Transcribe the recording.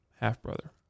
half-brother